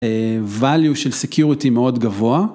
value של security מאוד גבוה.